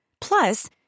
Plus